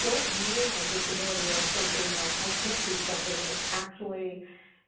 don't view my disability as something that i can't do something. it's actually